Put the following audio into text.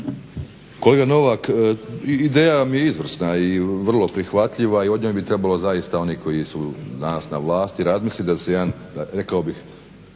Kolega Novak, ideja vam je izvrsna i vrlo prihvatljiva i o njoj bi trebalo zaista, oni koji su danas na vlasti razmisliti da se jedan, reko bih